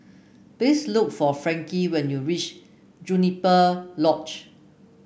please look for Frankie when you reach Juniper Lodge